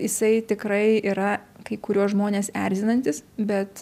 jisai tikrai yra kai kuriuos žmones erzinantis bet